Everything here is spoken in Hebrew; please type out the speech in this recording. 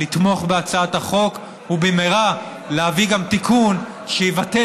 לתמוך בהצעת החוק ובמהרה להביא גם תיקון שיבטל